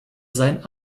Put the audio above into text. sein